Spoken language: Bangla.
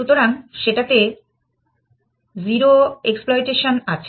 সুতরাং সেটাতে 0 এক্সপ্লইটেশন আছে